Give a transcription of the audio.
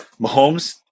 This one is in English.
Mahomes